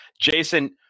Jason